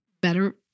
better